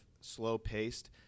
slow-paced